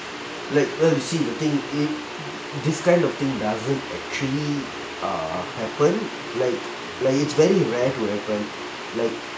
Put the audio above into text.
like when you see the thing it this kind of thing doesn't actually uh happen like like it's very rare to happen like